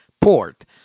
port